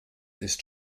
ist